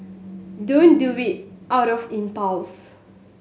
don't do it out of impulse